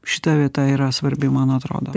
šita vieta yra svarbi man atrodo